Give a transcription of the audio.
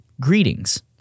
greetings